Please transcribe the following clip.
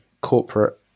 corporate